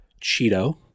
Cheeto